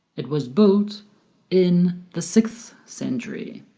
it was built in the sixth century.